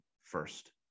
first